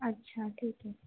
اچھا ٹھیک ہے